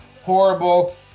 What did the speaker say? horrible